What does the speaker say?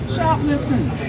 Shoplifting